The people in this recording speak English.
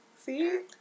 See